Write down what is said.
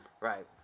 Right